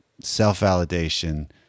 self-validation